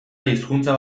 hizkuntza